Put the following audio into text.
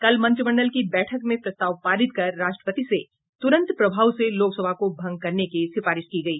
कल मंत्रिमंडल की बैठक में प्रस्ताव पारित कर राष्ट्रपति से तुरंत प्रभाव से लोकसभा को भंग करने की सिफारिश की गई